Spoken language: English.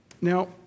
Now